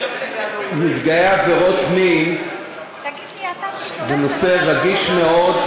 נפגעי עבירות מין זה נושא רגיש מאוד,